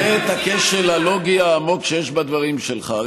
תראה את הכשל הלוגי העמוק שיש בדברים שלך.